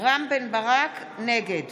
נגד